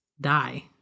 die